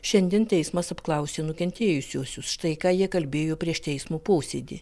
šiandien teismas apklausė nukentėjusiuosius štai ką jie kalbėjo prieš teismo posėdį